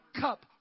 cup